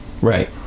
Right